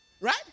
Right